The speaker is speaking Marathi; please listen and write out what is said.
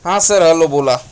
हां सर हॅलो बोला